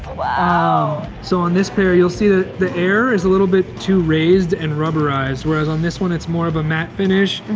so on this pair, you'll see that the air is a little bit too raised and rubberized, whereas on this one, it's more of a matte finish,